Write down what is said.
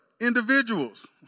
Individuals